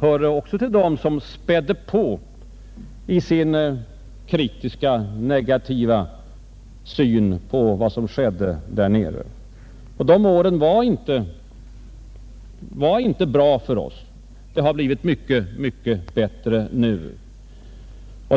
hörde till dem som spädde på med sin kritiska negativa syn på vad som skedde i Europa. Det har blivit mycket bättre nu där nere.